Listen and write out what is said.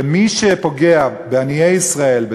שמי שפוגע בעניי ישראל,